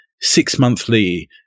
six-monthly